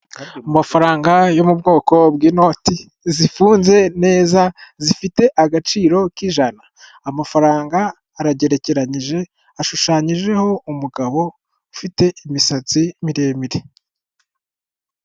Amafaranga yo mu bwoko bw'inoti zifunze neza zifite agaciro k'ijana, amafaranga aragerekeranyije ashushanyijeho umugabo ufite imisatsi miremire.